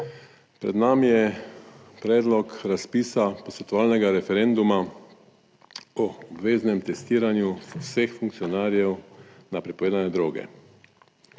Pred nami je predlog razpisa posvetovalnega referenduma o obveznem testiranju vseh funkcionarjev na prepovedane droge.